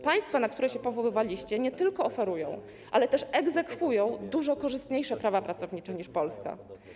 Państwa, na które się powoływaliście, nie tylko oferują, lecz także egzekwują dużo korzystniejsze prawa pracownicze niż Polska.